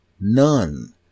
none